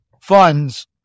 funds